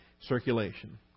circulation